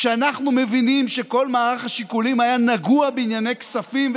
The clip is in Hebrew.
כשאנחנו מבינים שכל מערך השיקולים היה נגוע בענייני כספים,